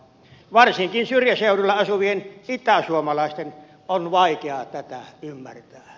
varsinkin syrjäseuduilla asuvien itäsuomalaisten on vaikea tätä ymmärtää